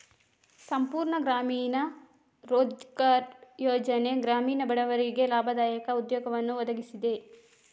ಸಂಪೂರ್ಣ ಗ್ರಾಮೀಣ ರೋಜ್ಗಾರ್ ಯೋಜನೆ ಗ್ರಾಮೀಣ ಬಡವರಿಗೆ ಲಾಭದಾಯಕ ಉದ್ಯೋಗವನ್ನು ಒದಗಿಸಿದೆ